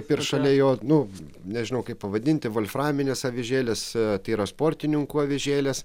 ir šalia jo nu nežinau kaip pavadinti volframimės avižėlės tai yra sportininkų avižėlės